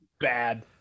Bad